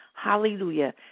Hallelujah